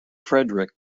frederick